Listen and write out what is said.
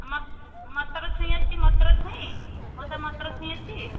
ଆଉ ମଟର ଛୁଇଁ ଅଛି ମଟର ଛୁଇଁ ମଉସା ମଟର ଛୁଇଁ ଅଛି